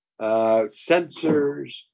sensors